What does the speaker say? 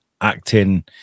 acting